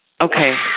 okay